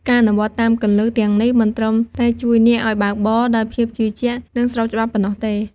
ការអនុវត្តតាមគន្លឹះទាំងនេះ មិនត្រឹមតែជួយអ្នកឲ្យបើកបរដោយភាពជឿជាក់ និងស្របច្បាប់ប៉ុណ្ណោះទេ។